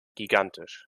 gigantisch